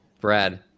Brad